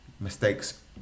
Mistakes